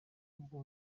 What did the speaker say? bwo